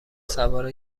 سوار